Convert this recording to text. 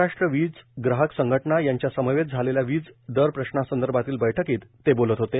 महाराष्ट्र वीज ग्राहक संघटना यांच्या समवेत झालेल्या वीज दर प्रश्नासंदर्भातील बैठकीत ते बोलत होते